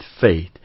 faith